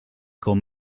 com